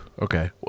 Okay